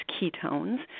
ketones